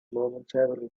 momentarily